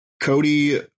Cody